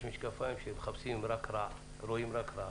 יש משקפיים שרואים רק רע